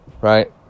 right